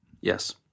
Yes